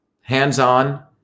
hands-on